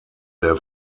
der